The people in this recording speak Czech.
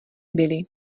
byli